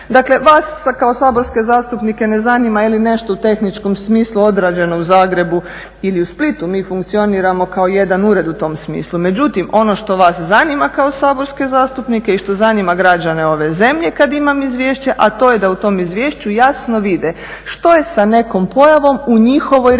Dakle vas kao saborske zastupnike ne zanima jeli nešto u tehničkom smislu odrađeno u Zagrebu ili u Splitu. Mi funkcioniramo kao jedan ured u tom smislu. Međutim ono što vas zanima kao saborske zastupnike i što zanima građane ove zemlje kada imam ovo izvješće, a to je da u tom izvješću jasno vide što je sa nekom pojavom u njihovoj regiji